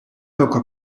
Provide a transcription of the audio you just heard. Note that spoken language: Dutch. coca